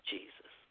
Jesus